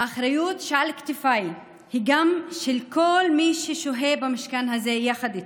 האחריות שעל כתפיי היא גם על כל מי ששוהה במשכן הזה יחד איתי.